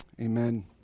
amen